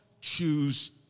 choose